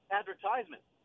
advertisement